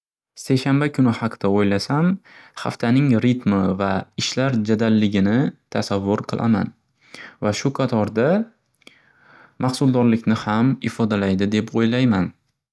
Seshanba kuni haqida o'ylasam, haftaning ritmi va ishlar jadalligini tasavvur qilaman va shu qatorda mahsuldorlikni ham ifodalaydi deb o'ylayman.